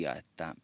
että